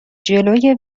جلوی